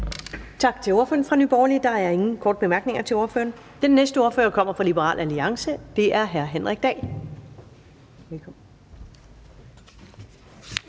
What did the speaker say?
Tak til ordføreren fra Nye Borgerlige. Der er ingen korte bemærkninger til ordføreren. Den næste ordfører kommer fra Liberal Alliance, og det er hr. Henrik Dahl.